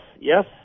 yes